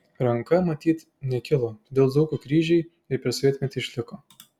ranka matyt nekilo todėl dzūkų kryžiai ir per sovietmetį išliko